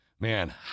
Man